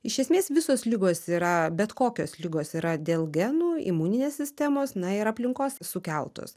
iš esmės visos ligos yra bet kokios ligos yra dėl genų imuninės sistemos na ir aplinkos sukeltos